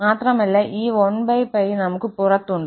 മാത്രമല്ല ഈ 1 𝜋നമുക് പുറത്തുണ്ട്